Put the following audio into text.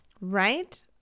Right